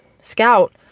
Scout